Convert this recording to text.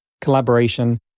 collaboration